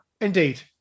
Indeed